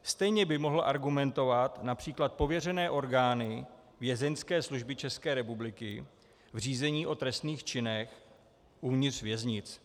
Stejně by mohly argumentovat například pověřené orgány Vězeňské služby České republiky v řízení o trestných činech uvnitř věznic.